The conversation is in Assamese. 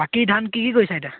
বাকী ধান কি কি কৰিছে এতিয়া